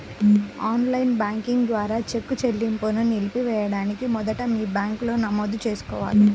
on line banking ద్వారా check చెల్లింపును నిలిపివేయడానికి మొదట మీ బ్యాంకులో నమోదు చేసుకోవాలి